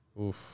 Oof